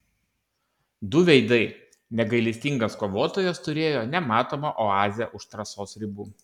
du veidai negailestingas kovotojas turėjo nematomą oazę už trasos ribų